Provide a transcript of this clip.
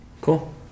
Cool